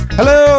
Hello